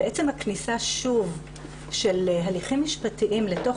ועצם הכניסה שוב של הליכים משפטיים לתוך